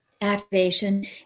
Activation